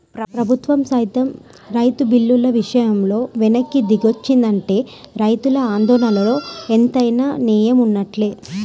ప్రభుత్వం సైతం రైతు బిల్లుల విషయంలో వెనక్కి దిగొచ్చిందంటే రైతుల ఆందోళనలో ఎంతైనా నేయం వున్నట్లే